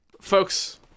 Folks